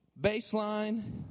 baseline